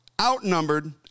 outnumbered